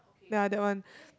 ya that one